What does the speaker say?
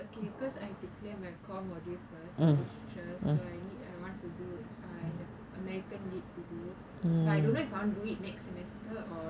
okay so I have to clear my core module first for literature so I need I want to do I have american literature to do but I don't know if I want do it next semester or